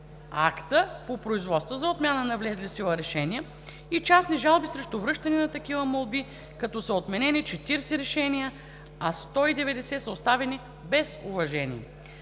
акта по производства за отмяна на влезли в сила решения и частни жалби срещу връщане на такива молби, като са отменени 40 решения, а 190 са оставени без уважение.